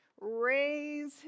raise